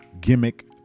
gimmick